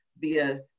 via